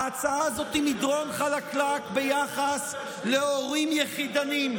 ההצעה הזאת היא מדרון חלקלק ביחס להורים יחידניים.